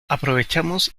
aprovechamos